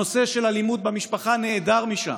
הנושא של אלימות במשפחה נעדר משם.